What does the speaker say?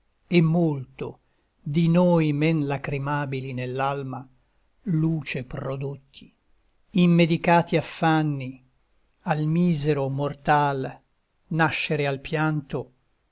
e molto di noi men lacrimabili nell'alma luce prodotti immedicati affanni al misero mortal nascere al pianto